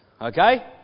Okay